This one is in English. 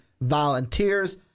Volunteers